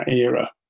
era